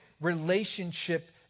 relationship